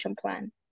plan